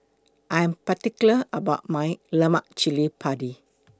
I Am particular about My Lemak Cili Padi